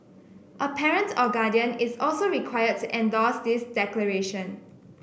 a parent or guardian is also requires endorse this declaration